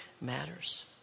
matters